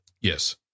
Yes